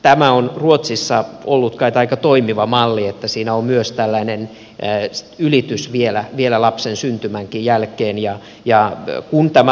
tämä on ruotsissa ollut kai aika toimiva malli että siinä on myös tällainen ylitys vielä lapsen syntymänkin jälkeen ja ja yö kun tämä